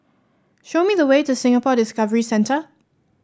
show me the way to Singapore Discovery Centre